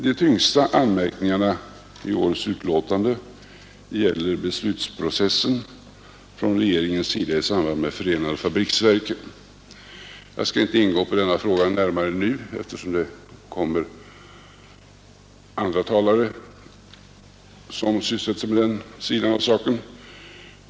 De tyngsta anmärkningarna i årets betänkande gäller beslutsprocessen från regeringens sida i samband med förenade fabriksverken. Jag skall inte nu gå in på denna fråga, eftersom andra talare kommer att sysselsätta sig med den.